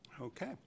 Okay